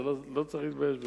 לא צריך להתבייש בזה.